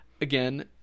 Again